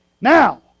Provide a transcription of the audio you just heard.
Now